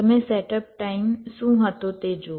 તમે setup time શું હતો તે જુઓ